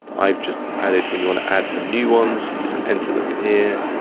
i've just added, when you wanna add some new ones, you just enter them in here.